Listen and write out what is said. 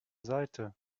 seite